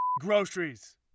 groceries